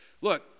Look